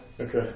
Okay